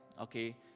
okay